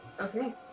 Okay